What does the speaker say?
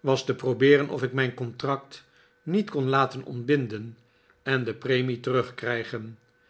was te probeeren of ik mijn contract niet kon laten ontbinden en de premie terugkrijgen